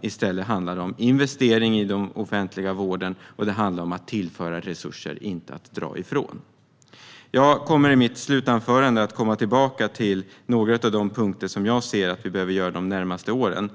I stället handlar det om investeringar i den offentliga vården och om att tillföra resurser, inte dra ifrån. Jag kommer i mitt slutanförande att komma tillbaka till några av de punkter som jag ser att vi behöver arbeta med de närmaste åren.